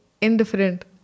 indifferent